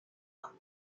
ans